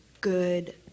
good